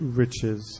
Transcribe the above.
riches